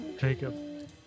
Jacob